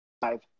five